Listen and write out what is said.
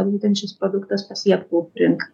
būtent šis produktas pasiektų rinką